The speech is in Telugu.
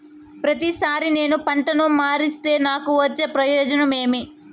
ప్రతిసారి నేను పంటను మారిస్తే నాకు వచ్చే ప్రయోజనం ఏమి?